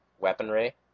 weaponry